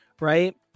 Right